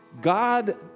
God